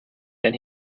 then